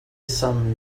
some